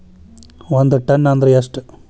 ಒಂದ್ ಟನ್ ಅಂದ್ರ ಎಷ್ಟ?